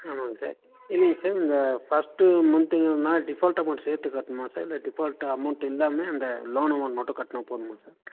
ஆமாங்க சார் இல்லைங்க சார் இந்த ஃபஸ்ட்டு மந்த்தங்னா ஃடிபால்ட் அமௌண்ட் சேர்த்து கட்டணுமா சார் இல்லை டிஃபால்ட் அமௌண்ட் எல்லாமே அந்த லோன் அமௌண்ட் மட்டும் கட்டுன போதுமா சார்